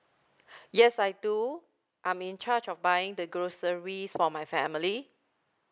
yes I do I'm in charge of buying the groceries for my family